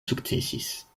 sukcesis